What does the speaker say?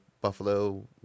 buffalo